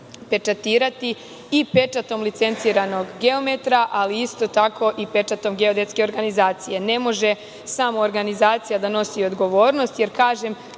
i pečatom licenciranog geometra, ali isto tako i pečatom geodetske organizacije. Ne može samo organizacija da nosi odgovornost, jer kažem,